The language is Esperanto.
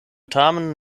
tamen